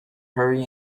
hurry